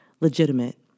Legitimate